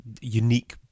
unique